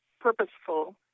purposeful